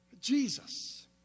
Jesus